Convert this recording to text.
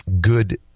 good